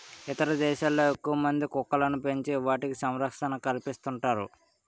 ఇతర దేశాల్లో ఎక్కువమంది కుక్కలను పెంచి వాటికి సంరక్షణ కల్పిస్తుంటారు